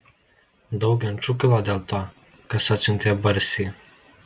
daug ginčų kilo dėl to kas atsiuntė barsį